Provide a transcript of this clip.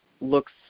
looks